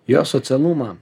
jo socialumą